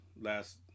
last